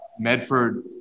Medford